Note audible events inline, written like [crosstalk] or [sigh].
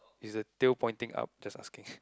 is the tail pointing up just asking [breath]